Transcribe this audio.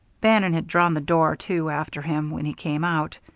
bannon had drawn the door to after him when he came out.